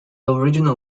original